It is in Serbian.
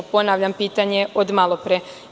Ponavljam pitanje od malo pre.